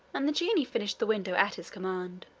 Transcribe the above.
and the genie finished the window at his command.